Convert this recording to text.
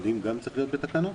זה גם צריך להיות בתקנות?